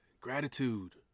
gratitude